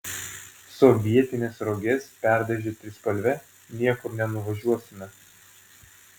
sovietines roges perdažę trispalve niekur nenuvažiuosime